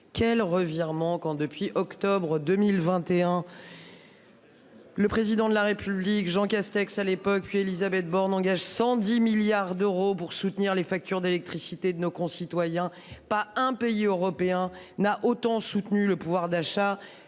Quel revirement quand depuis octobre 2021. Le président de la République Jean Castex à l'époque. Élisabeth Borne engage 110 milliards d'euros pour soutenir les factures d'électricité de nos concitoyens. Pas un pays européen n'a autant soutenu le pouvoir d'achat.